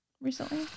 recently